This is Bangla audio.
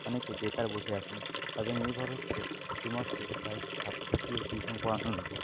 অনেকে বেকার বসে আছেন তাদের নির্ভর হচ্ছে শুধুমাত্র কয়েকটা ছাত্রছাত্রীদের টিউশন পড়ানোর ওপর